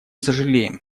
сожалеем